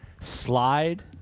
slide